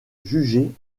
jugée